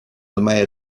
ormai